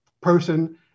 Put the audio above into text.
person